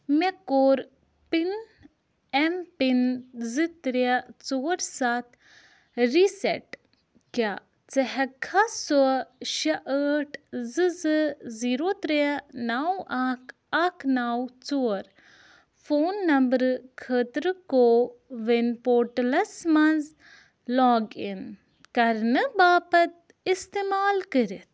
مےٚ کوٚر پِن اٮ۪م پِن زٕ ترٛےٚ ژور سَتھ ریٖسٮ۪ٹ کیٛاہ ژٕ ہٮ۪ککھا سۄ شےٚ ٲٹھ زٕ زٕ زیٖرو ترٛےٚ نَو اَکھ اَکھ نَو ژور فون نمبر خٲطرٕ کووِن پورٹَلَس منٛز لاگ اِن کَرنہٕ باپت اِستعمال کٔرِتھ